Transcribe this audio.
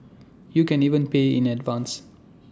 you can even pay in advance